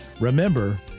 remember